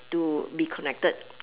to be connected